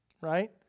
right